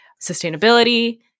sustainability